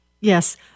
Yes